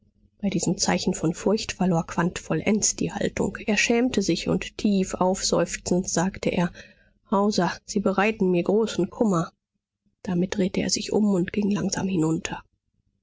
bei diesem zeichen von furcht verlor quandt vollends die haltung er schämte sich und tief aufseufzend sagte er hauser sie bereiten mir großen kummer damit drehte er sich um und ging langsam hinunter